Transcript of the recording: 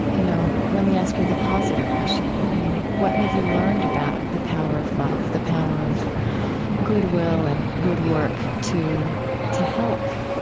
you know, let me ask you the positive question then. mean, what have you learned about the power of love, the power of good will and good work to to help?